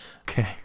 Okay